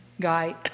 guy